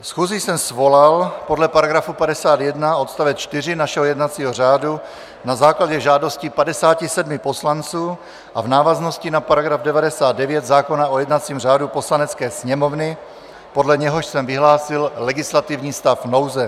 Schůzi jsem svolal podle § 51 odst. 4 našeho jednacího řádu na základě žádosti 57 poslanců a v návaznosti na § 99 zákona o jednacím řádu Poslanecké sněmovny, podle něhož jsem vyhlásil legislativní stav nouze.